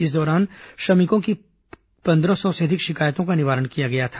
इस दौरान श्रमिकों की पन्द्रह सौ से अधिक शिकायतों का निवारण किया गया था